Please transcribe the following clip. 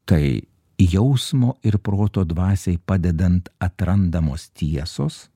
tai jausmo ir proto dvasiai padedant atrandamos tiesos